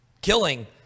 killing